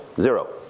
zero